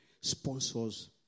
sponsors